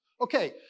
Okay